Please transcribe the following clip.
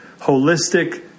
holistic